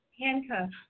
Handcuffs